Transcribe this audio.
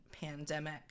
pandemic